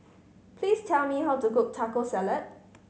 please tell me how to cook Taco Salad